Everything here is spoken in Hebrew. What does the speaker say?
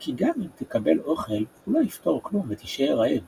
כי גם אם תקבל אוכל הוא לא יפתור כלום ותישאר רעב